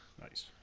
Nice